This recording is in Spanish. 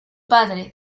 padre